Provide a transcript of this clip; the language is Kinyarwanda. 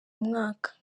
umwaka